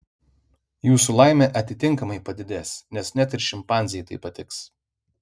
jūsų laimė atitinkamai padidės nes net ir šimpanzei tai patiks